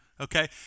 okay